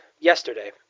Yesterday